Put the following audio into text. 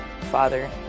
Father